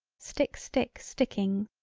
stick stick sticking,